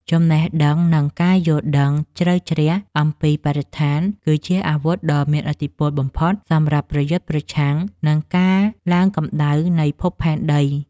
ចំណេះដឹងនិងការយល់ដឹងជ្រៅជ្រះអំពីបរិស្ថានគឺជាអាវុធដ៏មានឥទ្ធិពលបំផុតសម្រាប់ប្រយុទ្ធប្រឆាំងនឹងការឡើងកម្ដៅនៃភពផែនដី។